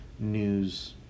news